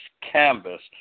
canvas